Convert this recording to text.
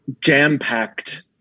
jam-packed